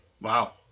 Wow